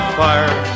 fire